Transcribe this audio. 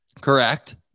Correct